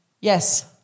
Yes